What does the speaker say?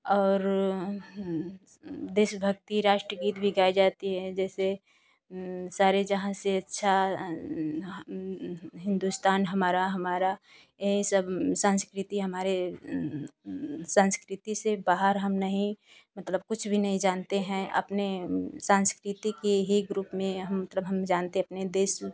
और देशभक्ति राष्ट्रीय गीत भी गाई जाती है जैसे सारे जहाँ से अच्छा हिंदुस्तान हमारा हमारा यही सब संस्कृति हमारे संस्कृति से बाहर हम नहीं मतलब कुछ भी नही जानते है अपने संस्कृति की ही ग्रुप में हम मतलब हम जानते हैं अपने देश